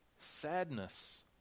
Sadness